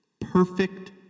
perfect